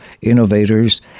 innovators